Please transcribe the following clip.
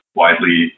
widely